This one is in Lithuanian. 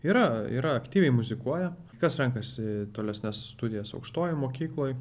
yra yra aktyviai muzikuoja kas renkasi tolesnes studijas aukštojoj mokykloj